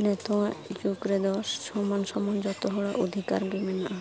ᱱᱤᱛᱚᱝᱼᱟᱜ ᱡᱩᱜᱽ ᱨᱮᱫᱚ ᱥᱚᱢᱟᱱ ᱥᱚᱢᱟᱱ ᱡᱚᱛᱚ ᱦᱚᱲᱟᱜ ᱜᱮ ᱚᱫᱷᱤᱠᱟᱨ ᱢᱮᱱᱟᱜᱼᱟ